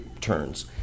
turns